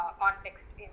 context